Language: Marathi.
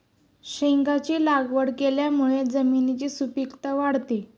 शेंगांची लागवड केल्यामुळे जमिनीची सुपीकता वाढते